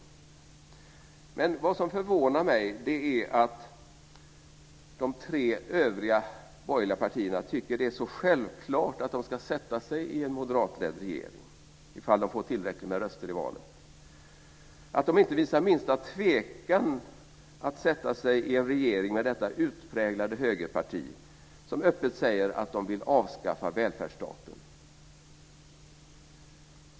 Vad som förvånar mig är att de tre övriga borgerliga partierna tycker att det är så självklart att de ska sätta sig i en moderatledd regering ifall de får tillräckligt med röster i valet. De visar inte minsta tvekan inför att sätta sig i en regering med detta utpräglade högerparti som öppet säger att man vill avskaffa välfärdsstaten.